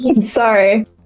Sorry